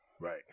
Right